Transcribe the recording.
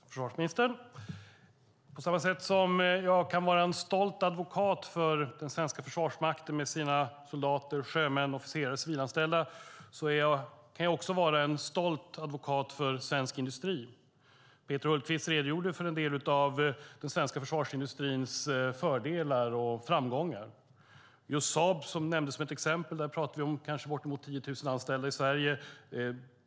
Fru talman, försvarsministern! På samma sätt som jag kan vara en stolt advokat för den svenska försvarsmakten med sina soldater, sjömän, officerare och civilanställda kan jag också vara en stolt advokat för svensk industri. Peter Hultqvist redogjorde för en del av den svenska försvarsindustrins fördelar och framgångar. Just vid Saab, som nämndes som ett exempel, pratar vi om kanske bortemot 10 000 anställda i Sverige.